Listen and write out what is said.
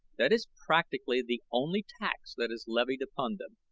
that is practically the only tax that is levied upon them.